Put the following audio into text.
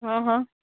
હં હં